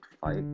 fight